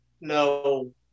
no